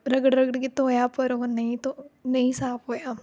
ਰਗੜ ਰਗੜ ਕੇ ਧੋਇਆ ਪਰ ਉਹ ਨਹੀਂ ਧੋ ਨਹੀਂ ਸਾਫ ਹੋਇਆ